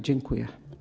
Dziękuję.